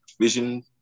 Vision